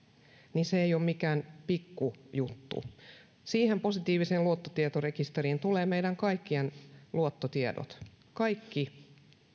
niin se ei ole mikään pikku juttu siihen positiiviseen luottotietorekisteriin tulee meidän kaikkien luottotiedot kaikki